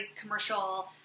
commercial